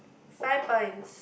five points